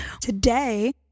Today